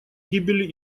гибели